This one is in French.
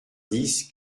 dix